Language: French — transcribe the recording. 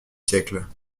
siècles